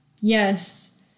Yes